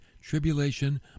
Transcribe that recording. tribulation